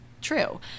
true